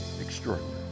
Extraordinary